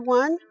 one